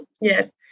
Yes